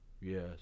Yes